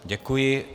Děkuji.